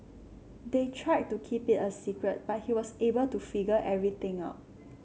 they tried to keep it a secret but he was able to figure everything out